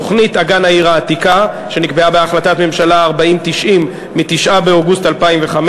תוכנית אגן העיר העתיקה שנקבעה בהחלטת הממשלה 4090 מ-9 באוגוסט 2005,